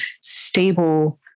stable